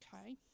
okay